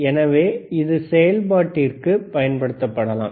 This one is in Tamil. எனவே இது செயல்பாட்டிற்கு பயன்படுத்தப்படலாம்